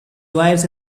wires